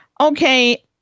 Okay